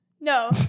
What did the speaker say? No